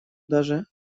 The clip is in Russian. даже